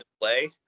play